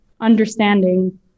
understanding